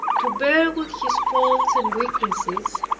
to bear with his faults and weaknesses,